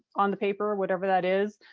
on the paper or whatever that is,